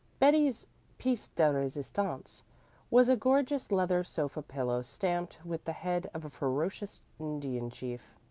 betty's piece de resistance was a gorgeous leather sofa pillow stamped with the head of a ferocious indian chief.